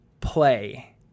play